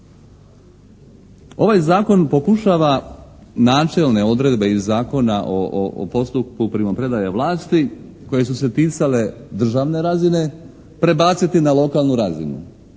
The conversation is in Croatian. Ovaj zakon pokušava načelne odredbe iz Zakona o postupku primopredaje vlasti koje su se ticale državne razine, prebaciti na lokalnu razinu,